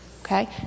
Okay